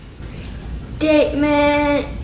Statement